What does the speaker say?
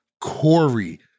Corey